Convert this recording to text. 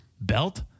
belt